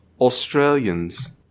Australians